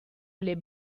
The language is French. les